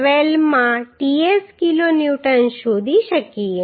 12 માં ts kilonewton શોધી શકીએ